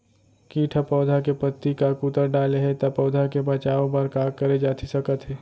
किट ह पौधा के पत्ती का कुतर डाले हे ता पौधा के बचाओ बर का करे जाथे सकत हे?